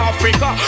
Africa